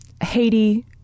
Haiti